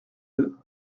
deux